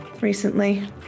Recently